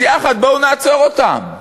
אז יחד בואו נעצור אותם,